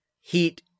Heat